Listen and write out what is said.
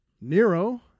Nero